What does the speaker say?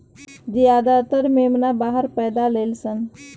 ज्यादातर मेमना बाहर पैदा लेलसन